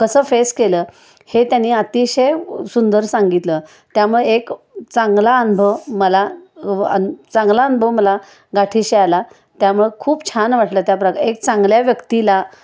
कसं फेस केलं हे त्यांनी अतिशय सुंदर सांगितलं त्यामुळे एक चांगला अनुभव मला अन चांगला अनुभव मला गाठीशी आला त्यामुळे खूप छान वाटलं त्या प्रका एक चांगल्या व्यक्तीला